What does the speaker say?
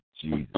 Jesus